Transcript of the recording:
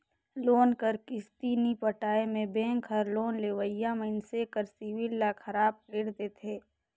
loan कर किस्ती नी पटाए में बेंक हर लोन लेवइया मइनसे कर सिविल ल खराब कइर देथे